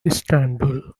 istanbul